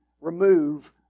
remove